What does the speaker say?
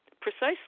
precisely